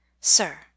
SIR